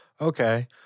okay